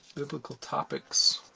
biblical topics